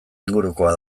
ingurukoa